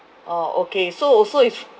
orh okay so also it's